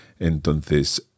Entonces